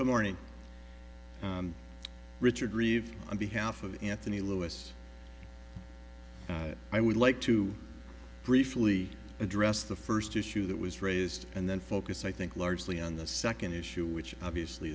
the morning richard reeves on behalf of anthony lewis i would like to briefly address the first issue that was raised and then focus i think largely on the second issue which obviously